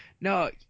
No